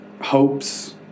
hopes